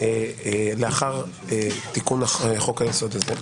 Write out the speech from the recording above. לאחר תיקון חוק היסוד הזה,